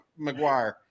McGuire